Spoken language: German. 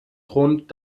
grund